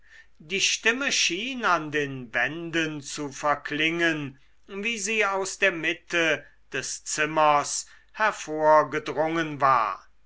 die stimme schien an den wänden zu verklingen wie sie aus der mitte des zimmers hervorgedrungen war